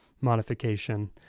modification